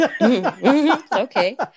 Okay